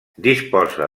disposa